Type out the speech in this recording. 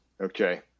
Okay